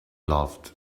loved